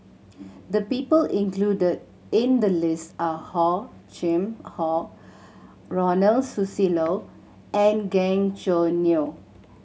the people included in the list are Hor Chim Or Ronald Susilo and Gan Choo Neo